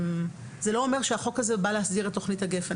זה לא אומר שהחוק הזה בא להסדיר את תכנית הגפ"ן;